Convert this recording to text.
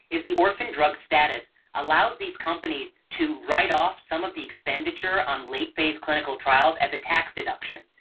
is the orphan drug status allows these companies to write off some of the expenditure on late phase clinical trials as a tax deduction.